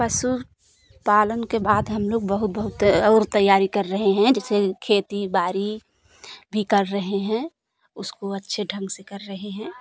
पशुपालन के बाद हम लोग बहुत बहुत और तैयारी कर रहे हैं जिसे खेती बाड़ी भी कर रहे हैं उसको अच्छे ढंग से कर रहे हैं